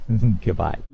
goodbye